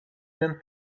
than